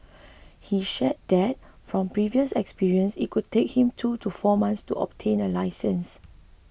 he shared that from previous experience it could take him two to four months to obtain a licence